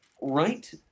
right